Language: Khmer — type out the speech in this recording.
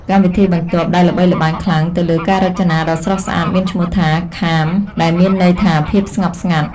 កម្មវិធីបន្ទាប់ដែលល្បីល្បាញខ្លាំងទៅលើការរចនាដ៏ស្រស់ស្អាតមានឈ្មោះថា ខាម (Calm) ដែលមានន័យថាភាពស្ងប់ស្ងាត់។